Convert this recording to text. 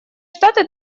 штаты